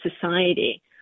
society